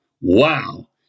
Wow